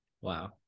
Wow